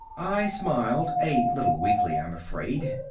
i smiled, a little weakly, i'm afraid,